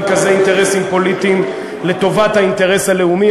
כזה אינטרסים פוליטיים לטובת האינטרס הלאומי,